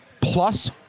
plus